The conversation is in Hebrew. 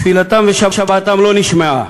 תפילתן ושוועתן לא נשמעו,